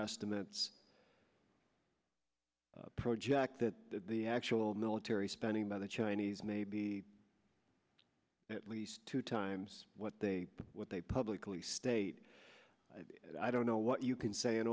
estimates project that the actual military spending by the chinese may be at least two times what they what they publicly state and i don't know what you can say